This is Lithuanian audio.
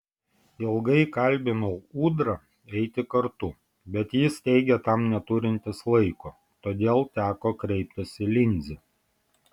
ilgai kalbinau ūdrą eiti kartu bet jis teigė tam neturintis laiko todėl teko kreiptis į linzę